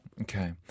Okay